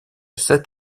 sept